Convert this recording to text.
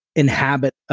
inhabit.